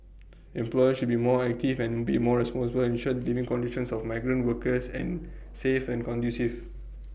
employers should be more active and be more responsible ensure the living conditions of migrant workers and safe and conducive